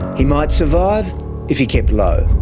he might survive if he kept low.